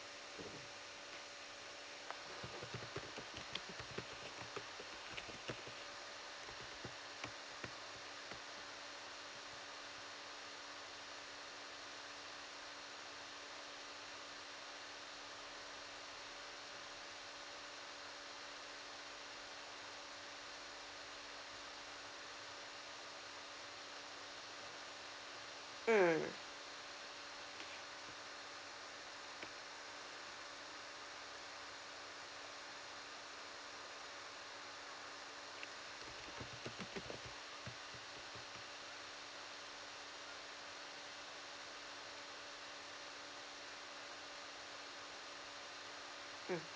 mm mm